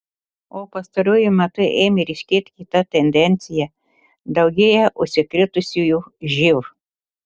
o pastaruoju metu ėmė ryškėti kita tendencija daugėja užsikrėtusiųjų živ